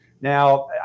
Now